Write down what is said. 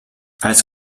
als